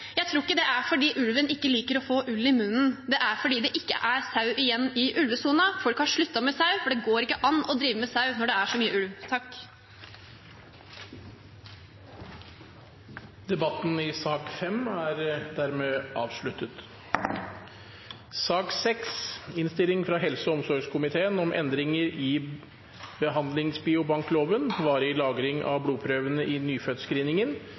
Jeg tror ikke det er fordi ulven ikke liker å få ull i munnen, det er fordi det ikke er sau igjen i ulvesonen. Folk har sluttet med sau, for det går ikke an å drive med sau når det er så mye ulv. Flere har ikke bedt om ordet til sak nr. 5. Etter ønske fra helse- og omsorgskomiteen